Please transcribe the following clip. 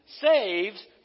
saves